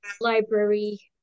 library